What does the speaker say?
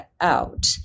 out